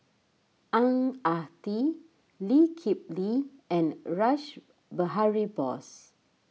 Ang Ah Tee Lee Kip Lee and Rash Behari Bose